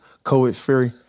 COVID-free